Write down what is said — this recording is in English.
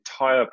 entire